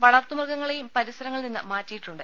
വളർത്തുമൃഗങ്ങളെയും പരിസരങ്ങളിൽ നിന്ന് മാറ്റിയിട്ടുണ്ട്